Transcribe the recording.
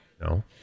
No